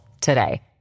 today